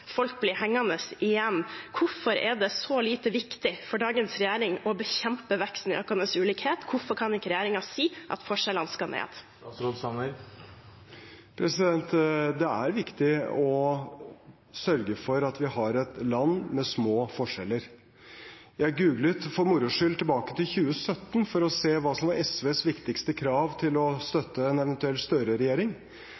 folk blir hengende igjen – hvorfor er det så lite viktig for dagens regjering å bekjempe veksten i økende ulikhet? Hvorfor kan ikke regjeringen si at forskjellene skal ned? Det er viktig å sørge for at vi har et land med små forskjeller. Jeg googlet for moro skyld tilbake til 2017 for å se hva som var SVs viktigste krav for å